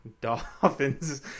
Dolphins